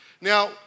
Now